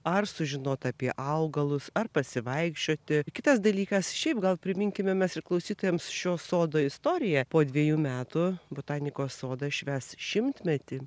ar sužinot apie augalus ar pasivaikščioti kitas dalykas šiaip gal priminkime mes ir klausytojams šio sodo istoriją po dvejų metų botanikos sodas švęs šimtmetį